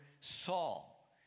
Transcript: Saul